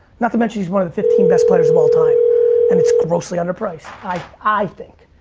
not to mention he's one of the fifteen best players of all time and it's grossly underpriced, i, i think.